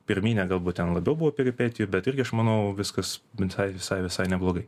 pirminė galbūt ten labiau buvo peripetijų bet irgi aš manau viskas visai visai visai neblogai